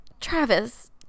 Travis